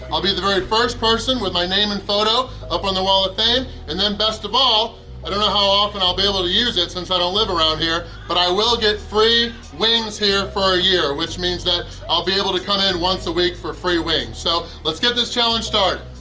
i'll be the very first person with my name and photo up on the wall of fame, and then best of all i don't know how often i'll be able to use it, since i don't live around here, but i will get free wings here for a year which means that i'll be able to come in once a week for free wings, so let's get this challenge started!